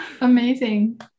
Amazing